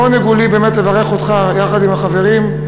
לעונג הוא לי באמת לברך אותך יחד עם החברים.